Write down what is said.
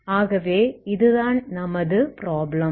ஆகவே இதுதான் நமது ப்ராப்ளம்